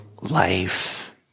life